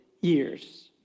years